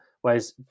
whereas